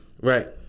Right